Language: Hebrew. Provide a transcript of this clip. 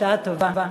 בשעה טובה.